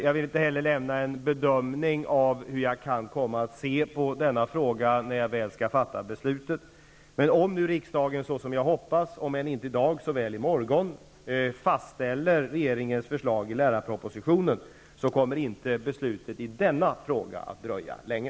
Jag vill inte heller lämna någon bedömning av hur jag kan komma att se på denna fråga när jag väl skall fatta beslutet. Men om nu riksdagen, såsom jag hoppas, fastställer regeringens förslag i lärarpropositionen, om än inte i dag så i morgon, kommer inte beslutet i denna fråga att dröja länge.